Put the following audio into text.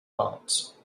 parts